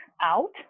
out